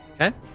Okay